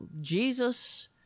Jesus